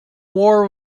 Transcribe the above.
war